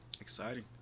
exciting